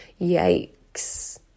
Yikes